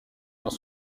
dans